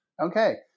Okay